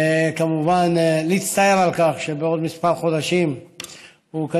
וכמובן להצטער על כך שבעוד כמה חודשים הוא,